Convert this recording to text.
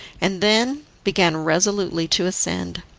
and then began resolutely to ascend.